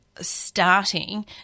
starting